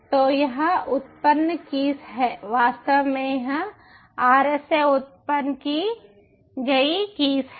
तो यह उत्पन्न कीस है वास्तव में यह RSA उत्पन्न की गई कीस है